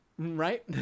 Right